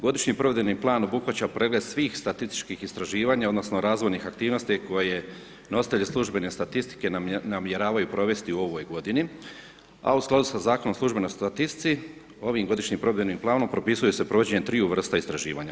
Godišnji provedbeni plan obuhvaća pregled svih statističkih istraživanja odnosno razvojnih aktivnosti koje nositelji službene statistike namjeravaju provesti u ovoj godini a u skladu sa Zakonom o službenoj statistici ovim Godišnjim provedbenim planom propisuje se provođenje triju vrsta istraživanja.